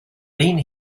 been